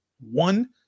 one